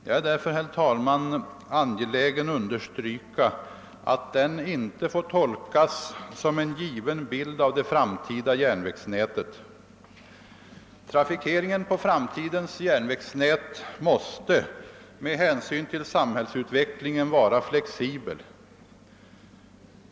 Jag är därför, herr talman, angelägen att understryka att denna kartskiss inte får tolkas som en definitiv bild av det framtida järnvägsnätet. Trafikeringen på framtidens järnvägsnät måste med hänsyn till samhällsutvecklingen vara flexibel.